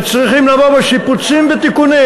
וצריכים לבוא בשיפוצים ותיקונים.